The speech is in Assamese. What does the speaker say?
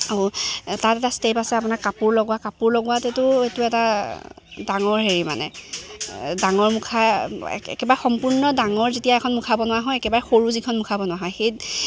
আৰু তাত এটা ষ্টেপ আছে আপোনাৰ কাপোৰ লগোৱা কাপোৰ লগাওতেতো এইটো এটা ডাঙৰ হেৰি মানে ডাঙৰ মুখা একেবাৰে সম্পূৰ্ণ ডাঙৰ যেতিয়া এখন মুখা বনোৱা হয় একেবাৰে সৰু যিখন মুখা বনোৱা হয় সেই